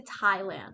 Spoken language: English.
Thailand